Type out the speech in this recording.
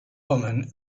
woman